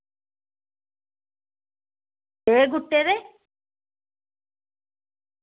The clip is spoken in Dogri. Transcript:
एह् गुट्टे दे